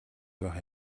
байх